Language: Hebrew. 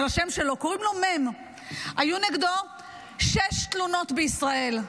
קוראים לו מ' היו נגדו שש תלונות בישראל.